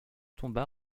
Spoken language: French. tomba